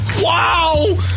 Wow